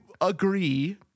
agree